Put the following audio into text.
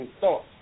thoughts